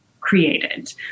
created